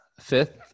fifth